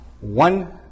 one